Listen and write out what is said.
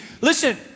Listen